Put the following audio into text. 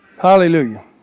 Hallelujah